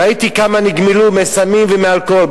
ראיתי כמה נגמלו מסמים ומאלכוהול.